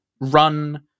run